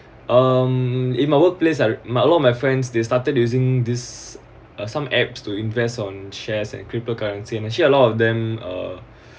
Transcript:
um in my workplace I my a lot of my friends they started using this uh some apps to invest on shares and crypto currency actually a lot of them uh